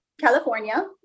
California